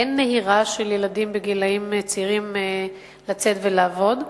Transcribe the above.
אין נהירה של ילדים בגילים צעירים לצאת ולעבוד.